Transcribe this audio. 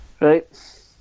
Right